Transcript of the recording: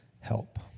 help